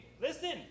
listen